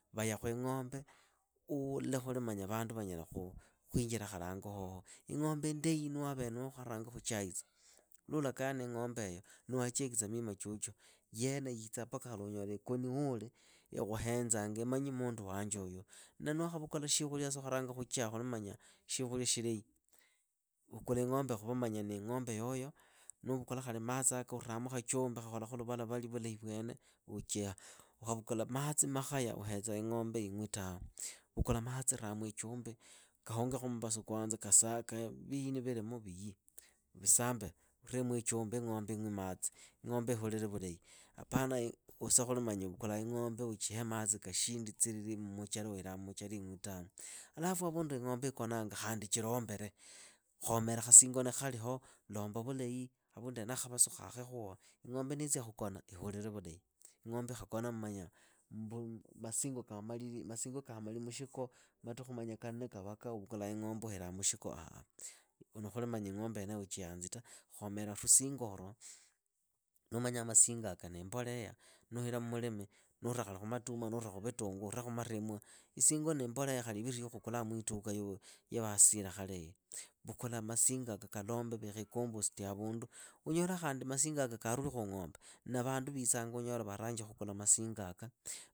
Vayakhu ing'ombe. uulekhuli manya vandu vanyala khu khwinjira khali hango hoho. Ing'ombe indahi nuwaavere nuukharangi khuchiaitsa, luulakayaa niing'ombeyo nuwaachiekitsa mima chyochyo, yene yitsaa paka khali unyola ikoni wuuli. ikhuhenzanga imanyi mundu wanje huyu. Na niwaakhavukula shiikhulia ni waakharanga khushiha khuli manya shikhulya shilahi. vukula ing'ombeeyo khuvamanya niing'ombe yoyo. nuuvukula khali maatsiyaka nuuramu khachumbi khakholakhu luvalavali vyene uchiha. Ukhavukula matsi makhaya uhetsaa ing'ombe ing'wi tawe. Vukula matsi raamu ichumbi kahonge khumbasu kwanza viini vilihimu vihii. visambe. Ureemu ichumbi ing'ombe ing'wi matsi. Ing'ombe ihulile vulahi. Apana use khuli manya uvukulaa ing'ombe uchihe matsi kashindi tsiriri mmuchera uhiilaa mmuchera ing'wi tawe. Alafu havundu hi ing'ombe ikonanga khandi cholombele. Khomera khasingo ni khaliho. lomba vulahi. havundu henaho khavasu khaakhekhuho, ing'ombe niitsia khukona ihulile vulahi. Ing'ombe ikhakona manya muu masingo kaamali mushiko matukhu manya kavaka kanne uvukula ing'ombe uhiraa mushiko ah, ni khuli manya ing'ombe yeneyo uchiyansi ta. Khomera rusingoro. nuumanyaa masingoaka nii mboleha. nuuhira mmulimi, nuura khali khumatuma nuura khuvitungu. ure khumaremwa, isingo niimboleha khali iviri ya khukulaa mwituka ya vaasira khale hiyi. Vukula masingo yaka kalombe. vikha ikomposti avundu. unyola khandi masingoaka karuli khung'ombe, na vandu viitsanga unyola vaaranji khukula masingoaka